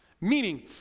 Meaning